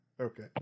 Okay